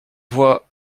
voi